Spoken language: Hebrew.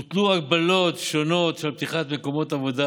הוטלו הגבלות שונות על פתיחת מקומות עבודה